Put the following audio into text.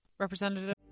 Representative